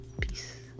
peace